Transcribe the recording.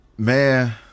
Man